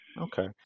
Okay